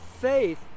faith